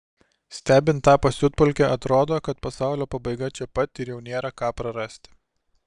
stebint tą pasiutpolkę atrodo kad pasaulio pabaiga čia pat ir jau nėra ką prarasti